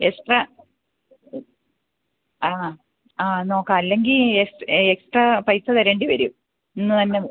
extra ആ ആ നോക്കാം അല്ലെങ്കിൽ എക്സ്ട്രാ പൈസ തരേണ്ടി വരും ഇന്ന് തന്നെ